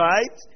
Right